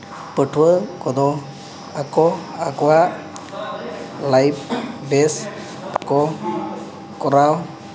ᱯᱟᱹᱴᱷᱩᱣᱟᱹ ᱠᱚᱫᱚ ᱟᱠᱚ ᱟᱠᱚᱣᱟᱜ ᱞᱟᱭᱤᱯ ᱵᱮᱥ ᱠᱚ ᱠᱚᱨᱟᱣ